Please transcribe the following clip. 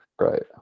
Right